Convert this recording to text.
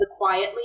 thequietly